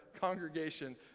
congregation